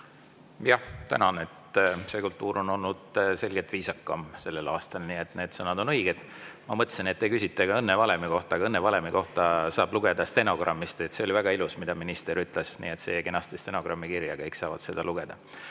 Jah, tänan! See kultuur on olnud selgelt viisakam sellel aastal, nii et need sõnad on õiged. Ma mõtlesin, et te küsite ka õnnevalemi kohta. Aga õnnevalemi kohta saab lugeda stenogrammist. See oli väga ilus, mida minister ütles, ja see jäi kenasti stenogrammi kirja, nii et kõik saavad seda lugeda.